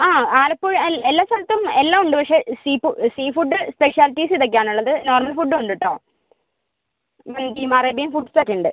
ആ ആലപ്പുഴ അൽ ആ എല്ലാ സ്ഥലത്തും എല്ലാ ഉണ്ട് പക്ഷേ സീ പു സീ ഫുഡ് സ്പെഷ്യാൽറ്റീസ് ഇതൊക്കെയാണുള്ളത് നോർമൽ ഫുഡ്ഡും ഉണ്ട് കെട്ടോ മെയിൻലി അറേബ്യൻ ഫുഡ്സൊക്കെയുണ്ട്